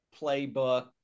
playbook